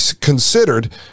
considered